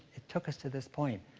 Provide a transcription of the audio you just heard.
it took us to this point.